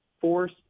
Force